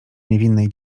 niewinnej